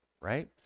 right